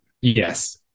Yes